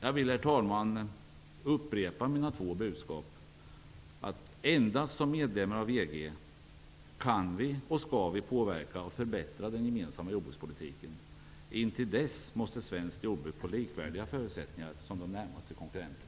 Jag vill, herr talman, upprepa mina två budskap: Endast som medlemmar i EG kan vi -- och skall vi -- påverka och förbättra den gemensamma jordbrukspolitiken. Innan dess måste svenskt jordbruk få likvärdiga förutsättningar som de närmaste konkurrenterna.